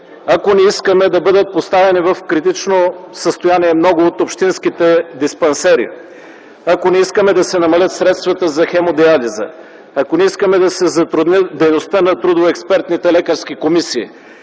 ако искаме да не бъдат поставени в критично състояние много от общинските диспансери, ако не искаме да се намалят средствата за хемодиализа, ако не искаме да се затрудни дейността на трудово-експертните лекарски комисии.